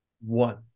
One